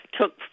took